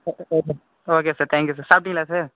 okay sir thank you sir சாப்பிடிங்ளா sir